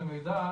למידע,